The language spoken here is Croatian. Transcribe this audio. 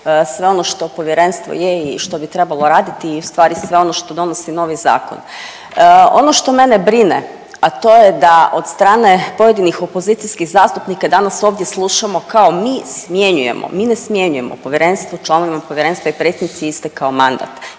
sve ono što povjerenstvo je i što bi trebalo raditi i ustvari sve ono što donosi novi zakon. Ono što mene brine, a to je da od strane pojedinih opozicijskih zastupnika danas ovdje slušamo kao mi smjenjujemo. Mi ne smjenjujemo, povjerenstvu, članovima povjerenstva i predsjednici je istekao mandat